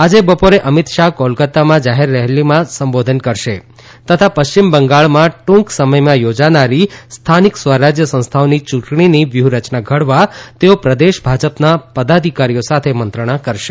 આજે બપોરે અમીત શાહ કોલકાતામાં જાહેર રેલીમાં સંબોધન કરશે તથા પશ્ચિમ બંગાળમાં ટૂંક સમયમાં યોજાનારી સ્થાનિક સ્વરાજ્ય સંસ્થાઓની ચૂંટણીની વ્યૂહરયના ઘડવા તેઓ પ્રદેશ ભાજપના પદાધિકારીઓ સાથે મંત્રણા કરશે